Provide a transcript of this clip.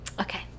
okay